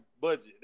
budget